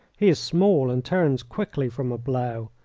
he is small, and turns quickly from a blow.